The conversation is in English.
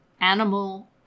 animal